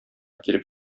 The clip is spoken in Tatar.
килеп